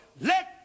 Let